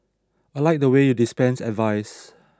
I liked the way you dispensed advice